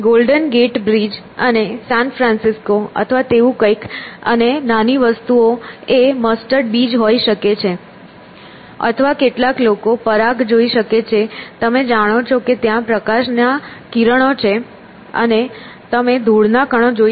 golden Gate Bridge અને San Francisco અથવા તેવું કંઈક અને નાની વસ્તુ એ મસ્ટર્ડ બીજ હોઈ શકે છે અથવા કેટલાક લોકો પરાગ જોઈ શકે છે તમે જાણો છો કે ત્યાં પ્રકાશની કિરણો છે અને તમે ધૂળના કણો જોઈ શકો છો